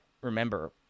remember